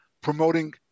promoting